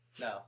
No